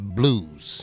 blues